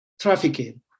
trafficking